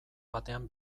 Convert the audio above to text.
batean